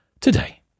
today